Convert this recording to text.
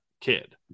kid